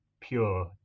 pure